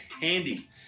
handy